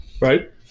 Right